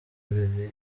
ibiri